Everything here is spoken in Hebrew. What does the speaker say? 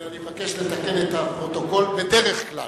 אני מבקש לתקן את הפרוטוקול, בדרך כלל.